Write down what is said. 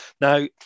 Now